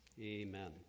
Amen